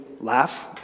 laugh